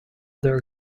their